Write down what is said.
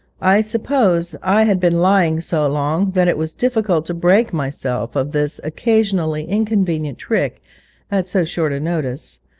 i suppose i had been lying so long that it was difficult to break myself of this occasionally inconvenient trick at so short a notice,